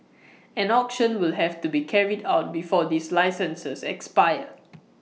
an auction will have to be carried out before these licenses expire